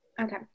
okay